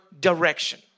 direction